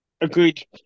Agreed